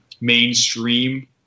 mainstream